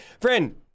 Friend